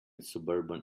suburban